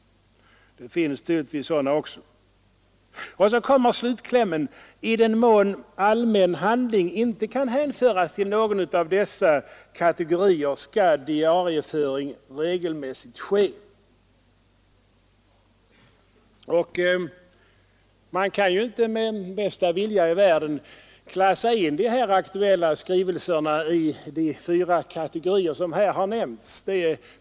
Och så kommer slutklämmen: ”I den mån allmän handling inte kan hänföras till någon av de nu nämnda kategorierna, skall diarieföring regelmässigt ske.” Man kan ju inte med bästa vilja i världen klassa in de här aktuella skrivelserna i de fyra kategorier som har nämnts.